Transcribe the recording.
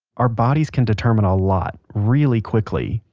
our bodies can determine a lot, really quickly,